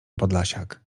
podlasiak